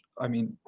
i mean,